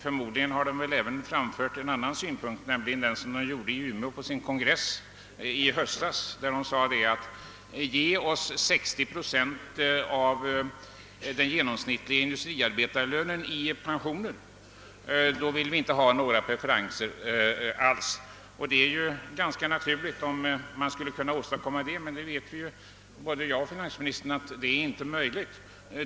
Förmodligen har den väl även framfört en annan synpunkt, nämligen den som utvecklades i Umeå på kongressen i höstas, där den sade: Ge oss 60 procent av den genomsnittliga industriarbetarlönen i pensioner, så vill vi inte ha några preferenser alls! Det skulle naturligtvis vara bra om vi kunde åstadkomma detta, men både finansministern och jag vet att det inte är möjligt.